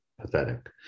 pathetic